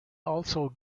also